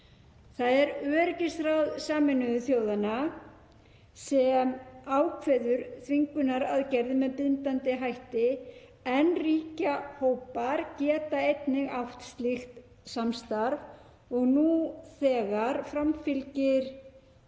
Það er öryggisráð Sameinuðu þjóðanna sem ákveður þvingunaraðgerðir með bindandi hætti en ríkjahópar geta einnig átt slíkt samstarf. Nú þegar framfylgir